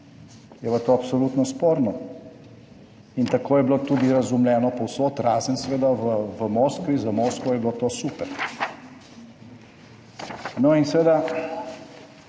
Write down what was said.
pa to absolutno sporno. In tako je bilo tudi razumljeno povsod, razen seveda v Moskvi. Za Moskvo je bilo to super. No, in seveda,